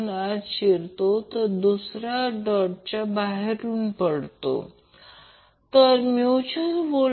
तर याला आपण ZC 2 RC 2 XC 2 म्हणतो हे माझे ZC 2 आणि ZL 2 R 2 XL 2 आहे